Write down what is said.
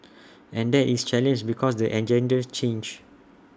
and that is challenge because the agendas change